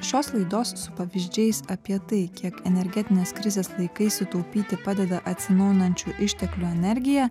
šios laidos su pavyzdžiais apie tai kiek energetinės krizės laikais sutaupyti padeda atsinaujinančių išteklių energija